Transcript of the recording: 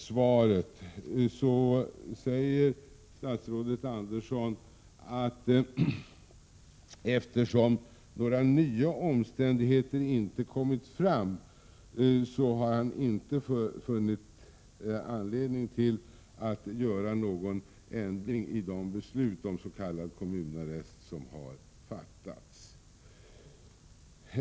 I sitt svar säger statsrådet Andersson att ”eftersom några nya omständigheter inte kommit fram” har han inte funnit anledning att göra någon ändring i de beslut om s.k. kommunarrest som har fattats.